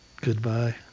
Goodbye